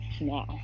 now